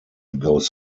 goes